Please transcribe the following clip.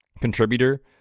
contributor